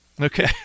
Okay